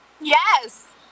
Yes